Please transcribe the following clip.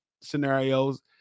scenarios